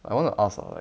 I wanna ask ah like